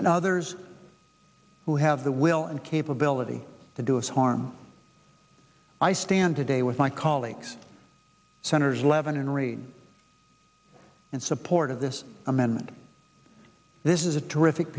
and others who have the will and capability to do us harm i stand today with my colleagues senators levin and reid and support of this amendment this is a terrific